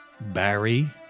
Barry